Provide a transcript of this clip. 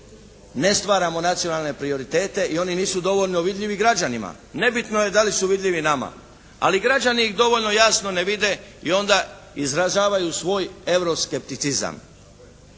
ne stvaramo nacionalne prioritete i oni nisu dovoljno vidljivi građanima. Nebitno je da li su vidljivi nama ali građani ih dovoljno jasno ne vide i onda izražavaju svoj euroskepticizam.